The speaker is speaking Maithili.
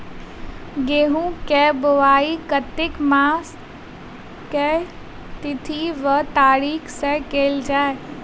गेंहूँ केँ बोवाई कातिक मास केँ के तिथि वा तारीक सँ कैल जाए?